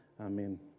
Amen